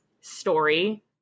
story